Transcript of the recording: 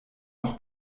noch